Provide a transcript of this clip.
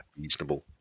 reasonable